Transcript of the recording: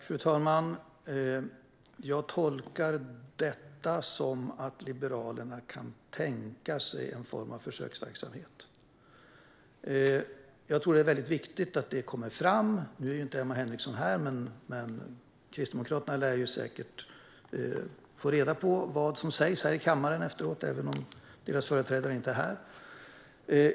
Fru talman! Jag tolkar detta som att Liberalerna kan tänka sig en form av försöksverksamhet. Jag tror att det är viktigt att detta kommer fram. Nu är inte Emma Henriksson kvar i kammaren, men Kristdemokraterna lär säkert i efterhand få reda på vad som sägs nu även om deras företrädare inte är här.